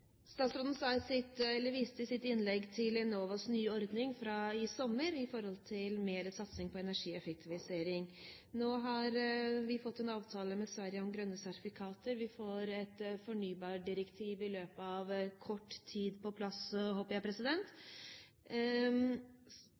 Statsråden viste i sitt innlegg til Enovas nye ordning fra i sommer som gjelder mer satsing på energieffektivisering. Nå har vi fått en avtale med Sverige om grønne sertifikater. Vi får et fornybardirektiv på plass i løpet av kort tid, håper jeg.